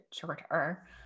shorter